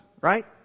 right